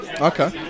Okay